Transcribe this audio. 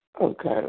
okay